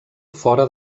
fora